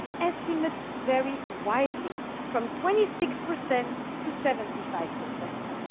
estimates vary widely, from twenty six percent to seventy five percent.